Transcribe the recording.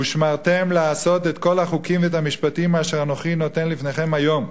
ושמרתם לעשות את כל החוקים ואת המשפטים אשר אנוכי נותן לפניכם היום.